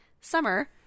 Summer